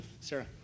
Sarah